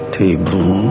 table